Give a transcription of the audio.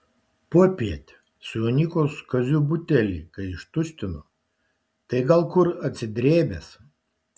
popiet su jonykos kaziu butelį kai ištuštino tai gal kur atsidrėbęs